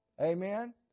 Amen